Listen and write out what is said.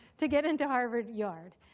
to get into harvard yard.